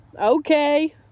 Okay